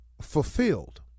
fulfilled